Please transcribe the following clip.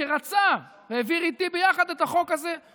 שרצה והעביר איתי ביחד את החוק הזה,